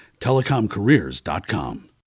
telecomcareers.com